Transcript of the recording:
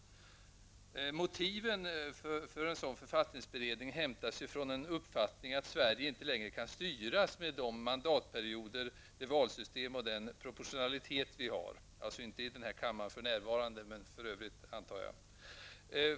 Motiven för en sådan författningsberedning hämtas från en uppfattning att Sverige inte längre kan styras med de mandatperioder, det valsystem och den proportionalitet vi har, alltså inte i denna kammare för närvarande, men för övrigt, antar jag.